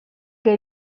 que